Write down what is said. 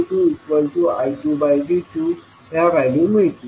तर तुम्हाला y12I1V2 y22I2V2ह्या व्हॅल्यू मिळतील